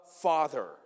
father